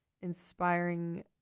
inspiring